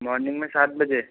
morning में साथ बजे